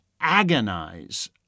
agonize